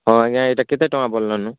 ହଁ ଆଜ୍ଞା ଏଇଟା କେତେ ଟଙ୍କା ପଡ଼ିଲାନୁ